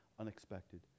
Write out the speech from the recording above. unexpected